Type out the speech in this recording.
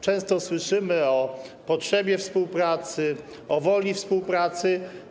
Często na nim słyszymy o potrzebie współpracy, o woli współpracy.